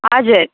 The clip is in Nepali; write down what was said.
हजुर